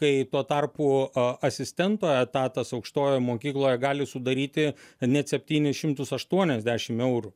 kai tuo tarpu a asistento etatas aukštoje mokykloje gali sudaryti net septynis šimtus aštuoniasdešim eurų